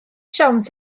siawns